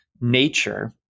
nature